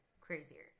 crazier